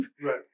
Right